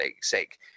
sake